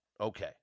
Okay